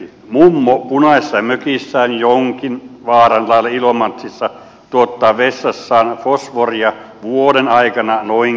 mummo punaisessa mökissään jonkin vaaran laella ilomantsissa tuottaa vessassaan fosforia vuoden aikana noin kilon verran